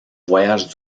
voyage